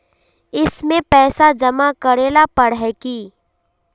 इसमें पैसा जमा करेला पर है की?